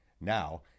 Now